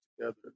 together